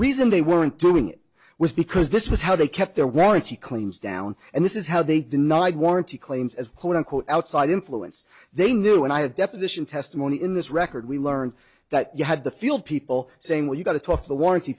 reason they weren't doing it was because this was how they kept their warranty claims down and this is how they denied warranty claims as quote unquote outside influence they knew when i had deposition testimony in this record we learned that you had the field people saying well you got to talk to the warranty